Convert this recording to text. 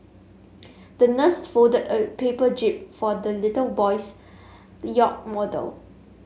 the nurse folded a paper jib for the little boy's yacht model